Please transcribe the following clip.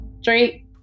straight